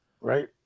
Right